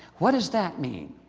what does that mean?